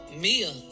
Mia